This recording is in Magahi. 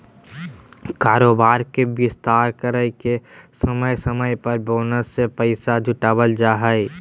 कारोबार के विस्तार करय ले समय समय पर बॉन्ड से पैसा जुटावल जा हइ